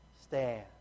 stand